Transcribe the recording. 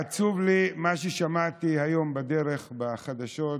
עצוב לי מה ששמעתי היום בדרך בחדשות,